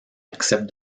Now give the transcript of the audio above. accepte